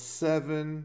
seven